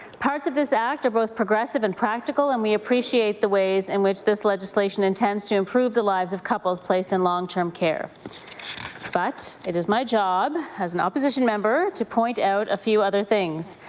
parts of this act are progressive and practical and we appreciate the ways in which this legislation intends to improve the lives of couples placed in long-term care but it is my job as an opposition member to point out a few other things.